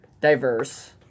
diverse